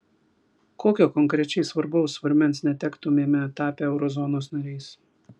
kokio konkrečiai svarbaus svarmens netektumėme tapę eurozonos nariais